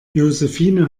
josephine